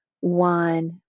One